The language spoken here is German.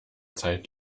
zeit